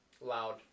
Loud